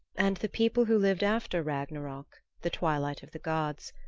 and the people who lived after ragnarok, the twilight of the gods,